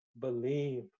believe